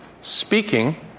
Speaking